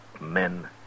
men